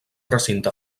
recinte